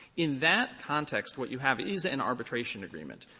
in that context, what you have is an arbitration agreement.